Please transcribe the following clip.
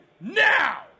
NOW